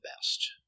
best